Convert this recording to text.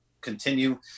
continue